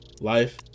Life